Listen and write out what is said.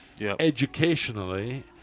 educationally